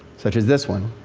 such as this one,